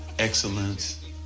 excellence